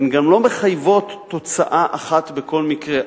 הן גם לא מחייבות תוצאה אחת בכל מקרה,